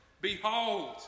Behold